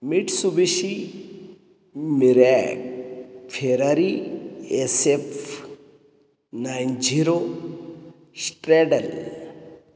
Mitsubishi Mirage Ferrari S F nine zero Stradale